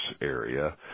area